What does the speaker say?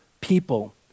people